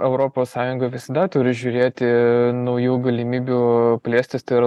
europos sąjunga visada turi žiūrėti naujų galimybių plėstis tai yra